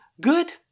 Good